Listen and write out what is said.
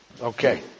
Okay